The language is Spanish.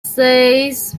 seis